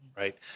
Right